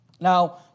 Now